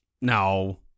No